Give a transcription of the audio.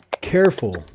careful